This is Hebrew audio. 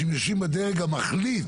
שהם יושבים בדרג המחליט,